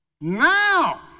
Now